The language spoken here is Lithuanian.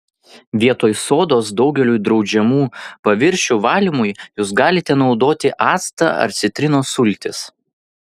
vietoj sodos daugeliui draudžiamų paviršių valymui jus galite naudoti actą ar citrinos sultis